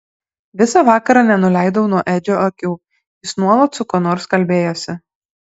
visą vakarą nenuleidau nuo edžio akių jis nuolat su kuo nors kalbėjosi